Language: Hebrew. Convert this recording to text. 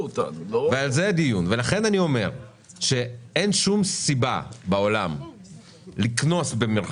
לכן אני אומר שאין שום סיבה בעולם "לקנוס"